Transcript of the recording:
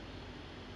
okay